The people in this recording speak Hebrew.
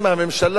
הממשלה,